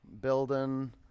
building